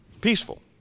Peaceful